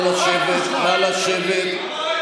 ברשותך,